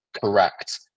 correct